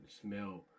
smell